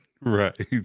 right